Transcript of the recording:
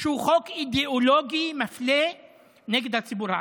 שהוא חוק אידיאולוגי מפלה נגד הציבור הערבי.